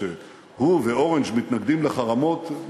והוא ו"אורנג'" מתנגדים לחרמות.